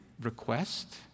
request